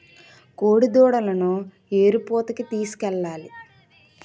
కోడిదూడలను ఎరుపూతకి తీసుకెళ్లాలి